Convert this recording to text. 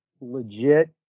legit